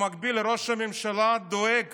במקביל ראש הממשלה דואג